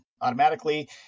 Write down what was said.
automatically